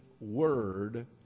Word